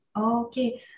Okay